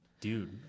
dude